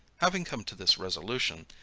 having come to this resolution,